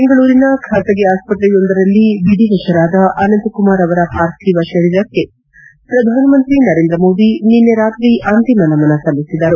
ಬೆಂಗಳೂರಿನ ಖಾಸಗಿ ಆಸ್ಪತ್ರೆಯೊಂದರಲ್ಲಿ ವಿಧಿವಶರಾದ ಅನಂತ ಕುಮಾರ್ ಅವರ ಪಾರ್ಥಿವ ಶರೀರಕ್ಕೆ ಪ್ರಧಾನ ಮಂತ್ರಿ ನರೇಂದ್ರ ಮೋದಿ ನಿನ್ನೆ ರಾತ್ರಿ ಅಂತಿಮ ನಮನ ಸಲ್ಲಿಸಿದರು